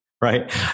right